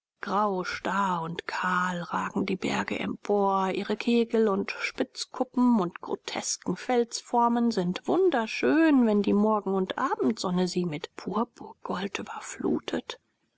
grau starr und kahl ragen die berge empor ihre kegel und spitzkuppen und grotesken felsformen sind wunderschön wenn die morgen und abendsonne sie mit purpurgold überflutet